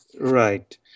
Right